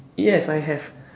yes I have